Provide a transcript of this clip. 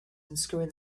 unscrewing